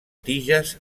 tiges